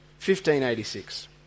1586